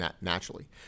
naturally